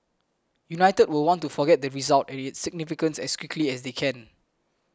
united will want to forget the result and its significance as quickly as they can